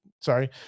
sorry